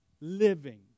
living